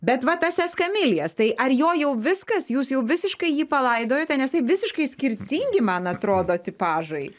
bet va tas eskamilijas tai ar jo jau viskas jūs jau visiškai jį palaidojote nes tai visiškai skirtingi man atrodo tipažai